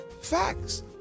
Facts